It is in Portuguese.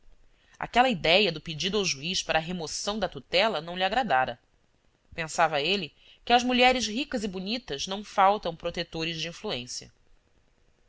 aquela idéia do pedido ao juiz para remoção da tutela não lhe agradara pensava ele que às mulheres ricas e bonitas não faltam protetores de influência